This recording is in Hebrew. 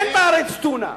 אין בארץ טונה,